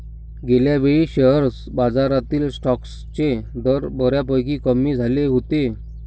गेल्यावेळी शेअर बाजारातील स्टॉक्सचे दर बऱ्यापैकी कमी झाले होते